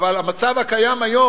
אבל במצב הקיים היום,